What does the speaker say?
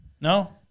No